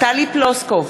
טלי פלוסקוב,